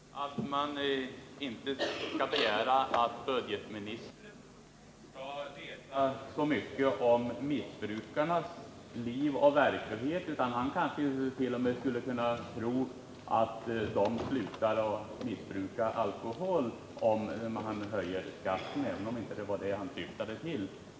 Herr talman! Det är möjligt att man inte skall begära att budgetministern skall veta så mycket om missbrukarnas liv och verklighet. Han kanske t.o.m. skulle kunna tro att de slutar att missbruka alkohol om man höjer skatten, även om det inte var det han syftade till.